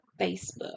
facebook